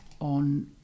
on